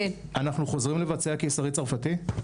אנחנו חוזרים לבצע ניתוח קיסרי צרפתי?